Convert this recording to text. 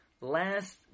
Last